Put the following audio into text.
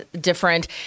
different